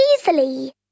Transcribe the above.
easily